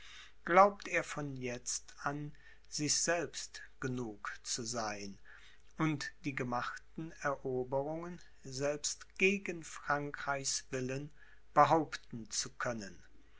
glaubt er von jetzt an sich selbst genug zu sein und die gemachten eroberungen selbst gegen frankreichs willen behaupten zu können